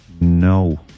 no